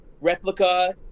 replica